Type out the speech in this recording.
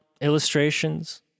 illustrations